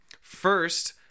First